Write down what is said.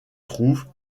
trouve